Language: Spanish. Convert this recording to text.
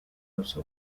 usó